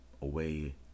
away